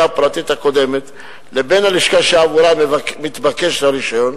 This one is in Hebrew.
הפרטית הקודמת לבין הלשכה שעבורה מתבקש הרשיון,